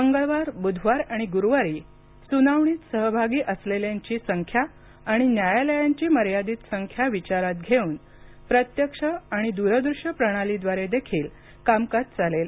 मंगळवार बुधवार आणि गुरुवारी सुनावणीत सहभागी असलेल्यांची संख्या आणि न्यायालयांची मर्यादित संख्या विचारात घेऊन प्रत्यक्ष आणि दूरदृश्य प्रणालीद्वारेदेखील कामकाज चालेल